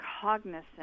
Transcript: cognizant